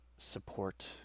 Support